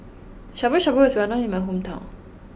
Shabu Shabu is well known in my hometown